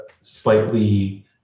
slightly